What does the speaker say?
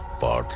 bhai.